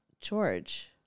George